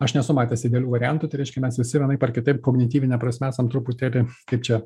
aš nesu matęs idealių variantų tai reiškia mes visi vienaip ar kitaip kognityvine prasme esam truputėlį kaip čia